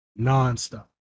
nonstop